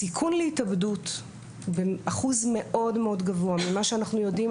הסיכוי להתאבדות באחוז גבוה מאוד ממה שאנחנו יודעים,